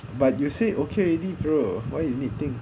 but you say okay already bro why you need think